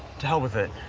to hell with it.